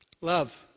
Love